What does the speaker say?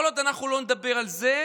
כל עוד אנחנו לא נדבר על זה,